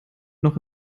noch